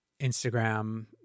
Instagram